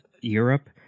Europe